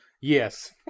Yes